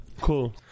Cool